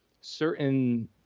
certain